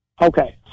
Okay